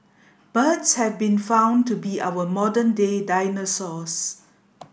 birds have been found to be our modern day dinosaurs